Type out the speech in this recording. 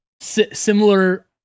Similar